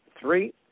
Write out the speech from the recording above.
Three